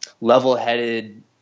level-headed